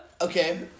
Okay